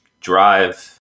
drive